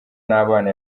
n’abana